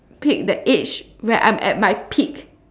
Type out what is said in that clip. pick that age where I'm at my peak